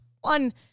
one